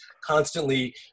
constantly